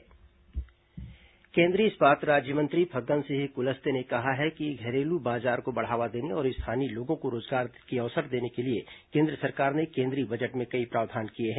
केंद्रीय मंत्री भिलाई केंद्रीय इस्पात राज्यमंत्री फग्गन सिंह कुलस्ते ने कहा है कि घरेलू बाजार को बढ़ावा देने और स्थानीय लोगों को रोजगार के अवसर देने के लिए केन्द्र सरकार ने केंद्रीय बजट में कई प्रावधान किए हैं